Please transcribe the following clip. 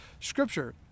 Scripture